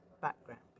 background